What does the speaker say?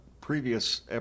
previous